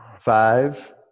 Five